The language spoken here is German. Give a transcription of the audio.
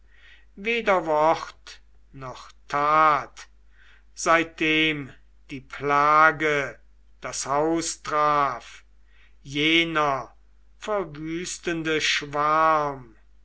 weder wort noch tat seitdem die plage das haus traf jener verwüstende schwarm